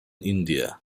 india